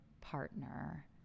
partner